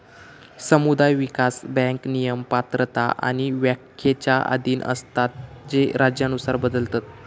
समुदाय विकास बँक नियम, पात्रता आणि व्याख्येच्या अधीन असतत जे राज्यानुसार बदलतत